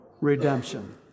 redemption